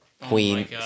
Queen